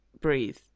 breathe